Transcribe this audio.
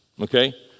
Okay